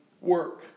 work